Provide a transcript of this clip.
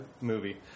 movie